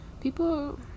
people